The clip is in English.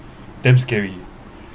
damn scary